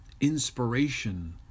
inspiration